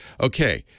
Okay